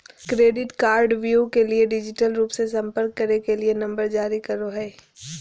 credit कार्डव्यू के लिए डिजिटल रूप से संपर्क करे के लिए नंबर जारी करो हइ